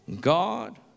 God